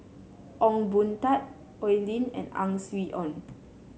Ong Boon Tat Oi Lin and Ang Swee Aun